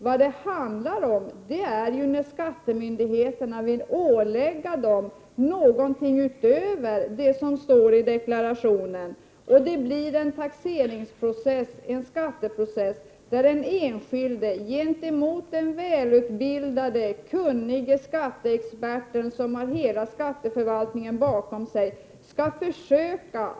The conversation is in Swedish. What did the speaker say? Vad det handlar om är när skattemyndigheterna vill ålägga den enskilde någonting utöver det som står i deklarationen och det blir en taxeringsprocess, en skatteprocess. Den enskilde står då mot den välutbildade, kunnige skatteexperten som har hela skatteförvaltningen bakom sig.